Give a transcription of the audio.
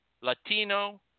Latino